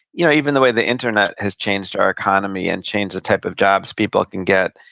you know even the way the internet has changed our economy and changed the type of jobs people can get.